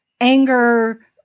anger